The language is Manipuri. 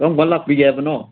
ꯀꯔꯝꯀꯥꯟ ꯂꯥꯛꯄꯤꯒꯦ ꯍꯥꯏꯕꯅꯣ